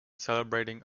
celebrating